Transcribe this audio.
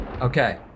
Okay